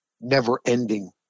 never-ending